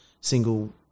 single